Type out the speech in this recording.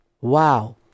Wow